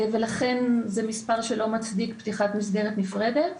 ולכן זה מספר שלא מצדיק פתיחת מסגרת נפרדת.